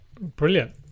brilliant